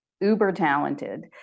uber-talented